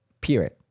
Period